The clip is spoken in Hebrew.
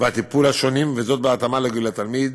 והטיפול השונים, בהתאמה לגיל התלמיד,